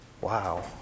Wow